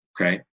okay